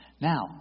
Now